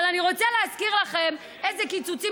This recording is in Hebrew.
אבל אני רוצה להזכיר לכם איזה קיצוצים